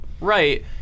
right